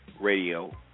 radio